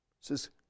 says